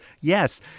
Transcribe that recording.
Yes